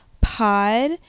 pod